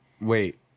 Wait